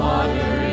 Water